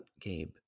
Gabe